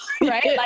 right